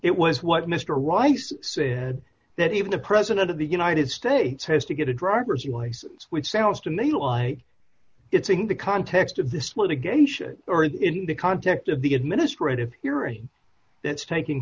it was what mr rice said that even the president of the united states has to get a driver's uys which sounds to me like it's in the context of this litigation or that in the context of the administrative hearing that's taking